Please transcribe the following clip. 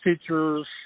teachers